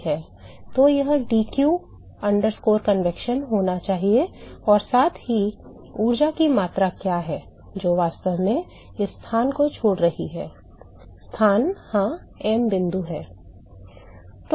तो यह dq convection होना चाहिए और साथ ही ऊर्जा की मात्रा क्या है जो वास्तव में इस स्थान को छोड़ रही है स्थान हाँ m बिंदु है